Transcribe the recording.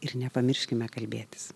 ir nepamirškime kalbėtis